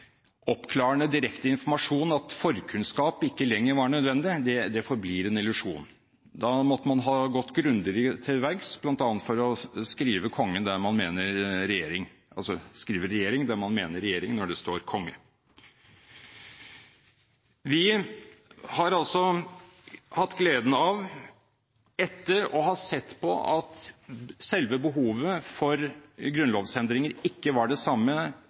oppklarende direkte informasjon at forkunnskap ikke lenger var nødvendig. Det forblir en illusjon. Da måtte man ha gått grundigere til verks, bl.a. skrive regjering der man mener regjering når det står Kongen. Vi har sett at selve behovet for grunnlovsendringer ikke var det samme,